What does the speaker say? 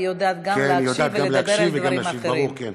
היא יודעת גם להקשיב וגם לדבר על דברים אחרים.